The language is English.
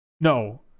No